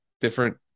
different